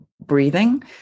breathing